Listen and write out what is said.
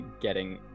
getting-